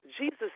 jesus